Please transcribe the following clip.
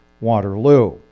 Waterloo